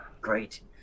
great